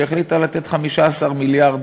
שהחליטה לתת 15 מיליארד,